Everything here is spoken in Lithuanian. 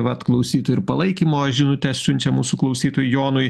vat klausytojai ir palaikymo žinutes siunčia mūsų klausytojui jonui